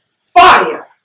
fire